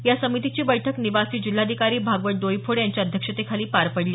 या समितीची बैठक निवासी जिल्हाधिकारी भागवत डोईफोडे यांच्या अध्यक्षतेखाली पार पाडली